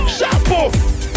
Shampoo